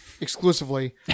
exclusively